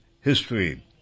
history